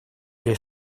или